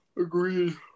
Agreed